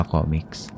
Comics